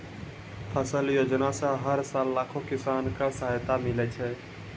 फसल योजना सॅ हर साल लाखों किसान कॅ सहायता मिलै छै